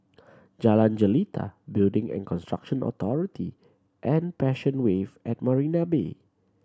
Jalan Jelita Building and Construction Authority and Passion Wave at Marina Bay